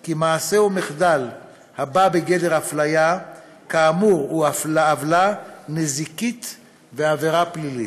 כי מעשה או מחדל הבא בגדר אפליה כאמור הוא עוולה נזיקית ועבירה פלילית.